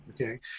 okay